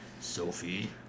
Sophie